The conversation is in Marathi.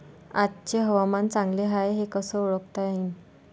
आजचे हवामान चांगले हाये हे कसे ओळखता येईन?